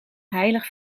heilig